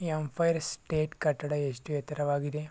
empire State ಕಟ್ಟಡ ಎಷ್ಟು ಎತ್ತರವಾಗಿದೆ